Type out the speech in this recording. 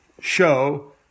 show